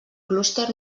clúster